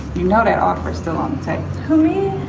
you know that offer is still on the table. who me?